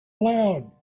loud